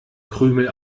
krümel